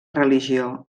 religió